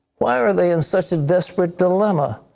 why are they in such a desperate dilemma?